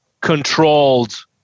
controlled